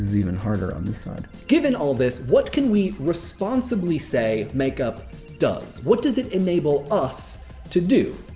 even harder on this side. given all this, what can we responsibly say makeup does? what does it enable us to do?